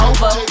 Over